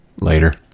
Later